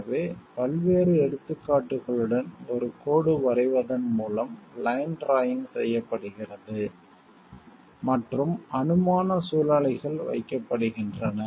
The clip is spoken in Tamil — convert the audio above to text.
எனவே பல்வேறு எடுத்துக்காட்டுகளுடன் ஒரு கோடு வரைவதன் மூலம் லைன் ட்ராயிங் செய்யப்படுகிறது மற்றும் அனுமான சூழ்நிலைகள் வைக்கப்படுகின்றன